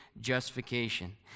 justification